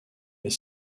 est